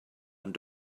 ond